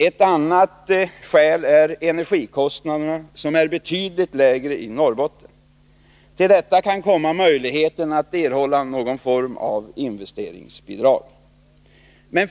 Ett annat skäl är energikostnaderna, som är betydligt lägre i Norrbotten. Till detta kan komma möjligheten att erhålla någon form av investeringsbidrag.